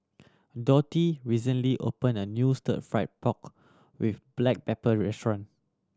Dottie recently opened a new Stir Fried Pork With Black Pepper restaurant